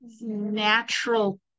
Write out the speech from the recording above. natural